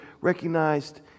recognized